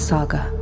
Saga